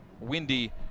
windy